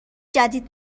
جدید